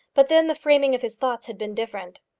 but then the framing of his thoughts had been different.